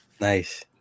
Nice